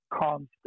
constant